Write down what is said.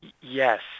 Yes